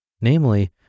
Namely